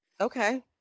Okay